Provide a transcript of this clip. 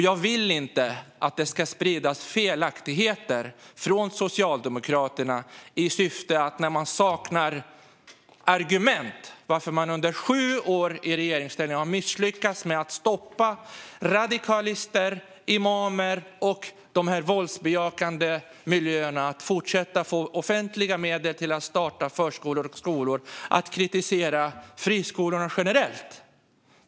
Jag vill inte att det ska spridas felaktigheter från Socialdemokraterna i syfte att kritisera friskolorna generellt när man saknar argument för varför man under sju år i regeringsställning har misslyckats med att stoppa radikalister, imamer och de här våldsbejakande miljöerna från att fortsätta få offentliga medel till att starta förskolor och skolor.